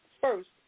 First